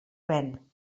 ven